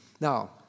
now